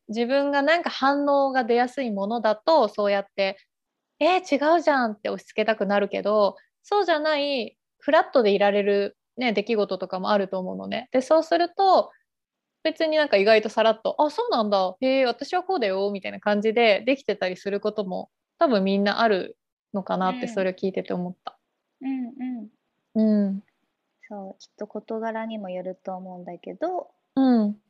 自分がなんか反応が出やすいものだと、そうやって、「え、違うじゃん」って押し付けたくなるけど、そうじゃない、フラットでいられるね、出来事とかもあると思うのね。で、そうすると、別になんか意外とさらっと、「あ、そうなんだ。へえ、私はこうだよ」みたいな感じでできてたりすることも多分みんなあるのかなってそれを聞いてて思った。うん。うんうん。うん。そう、きっと事柄にもよると思うんだけど。うん。